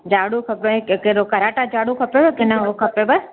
झाड़ू खपेव कहिड़ो कराटा झाड़ू खपेव की न उहो खपेव